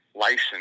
license